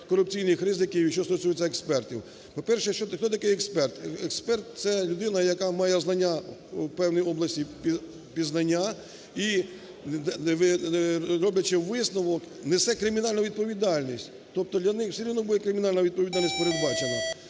корупційних ризиків і що стосується експертів. По-перше, хто такий експерт? Експерт – це людина, яка має знання в певній області, пізнання і, роблячи висновок, несе кримінальну відповідальність, тобто для них все рівно буде кримінальна відповідальність передбачена.